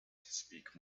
speak